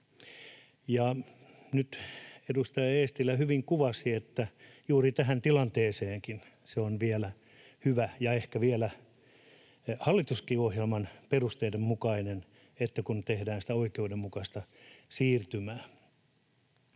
Nyt edustaja Eestilä hyvin kuvasi, että juuri tähän tilanteeseenkin se on vielä hyvä ja ehkä vielä hallitusohjelmankin perusteiden mukainen, kun tehdään sitä oikeudenmukaista siirtymää.